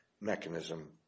mechanism